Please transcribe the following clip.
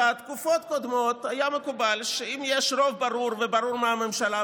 בתקופות קודמות היה מקובל שאם יש רוב ברור וברור מהממשלה,